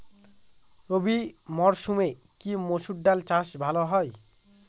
রবি মরসুমে কি মসুর ডাল চাষ ভালো হয়?